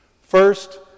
First